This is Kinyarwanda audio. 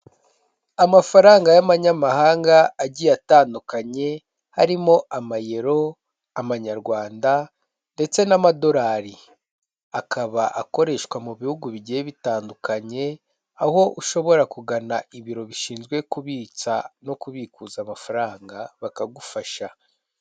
Amafaranga y'amanyamahanga agiye atandukanye, harimo amayero, amanyarwanda ndetse n'amadolari, akaba akoreshwa mu bihugu bigiye bitandukanye, aho ushobora kugana ibiro bishinzwe kubitsa no kubikuza amafaranga bakagufasha.